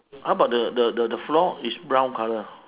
how about the the the floor it's brown colour